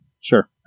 Sure